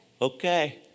Okay